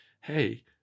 hey